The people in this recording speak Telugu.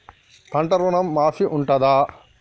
పంట ఋణం మాఫీ ఉంటదా?